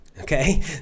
Okay